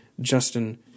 Justin